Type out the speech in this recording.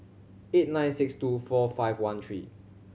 eight nine six two four five one three